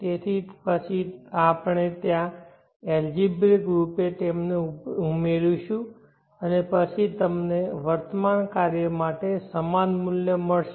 તેથી પછી આપણે ત્યાં એલ્જીબ્રીકરૂપે તેમને ઉમેરીશું અને પછી તમને વર્તમાન કાર્ય માટે સમાન મૂલ્ય મળશે